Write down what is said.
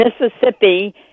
Mississippi